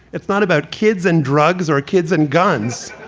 it's not about kids and drugs or kids and guns.